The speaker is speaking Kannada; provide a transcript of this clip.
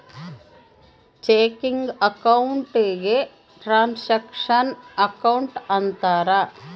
ಚೆಕಿಂಗ್ ಅಕೌಂಟ್ ಗೆ ಟ್ರಾನಾಕ್ಷನ್ ಅಕೌಂಟ್ ಅಂತಾರ